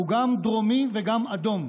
הוא גם דרומי וגם אדום.